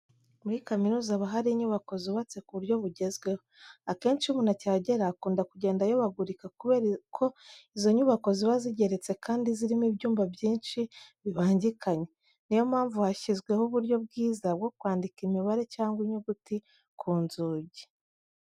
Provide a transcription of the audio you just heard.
Muri kaminuza haba hari inyubako zubutse ku buryo bugezweho. Akenshi iyo umuntu akihagera akunda kugenda ayobagurika kubera ko izo nyubako ziba zigeretse kandi zirimo ibyumba byinshi bibangikanye. Ni yo mpamvu hashyizweho uburyo bwiza bwo kwandika imibare cyangwa inyuguti ku nzugi.